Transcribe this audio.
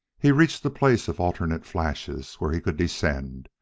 he reached the place of alternate flashes where he could descend,